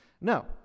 No